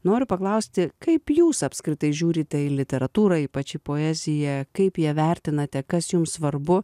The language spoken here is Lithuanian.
noriu paklausti kaip jūs apskritai žiūrite į literatūrą ypač į poeziją kaip ją vertinate kas jums svarbu